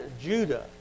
Judah